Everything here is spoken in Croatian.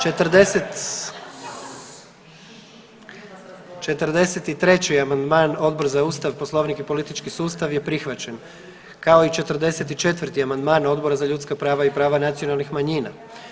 43. amandman Odbor za Ustav, Poslovnik i politički sustav je prihvaćen, kao i 44. amandman Odbora za ljudska prava i prava nacionalnih manjina.